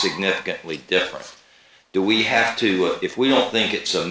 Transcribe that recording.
significantly different do we have to if we don't think it's a